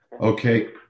okay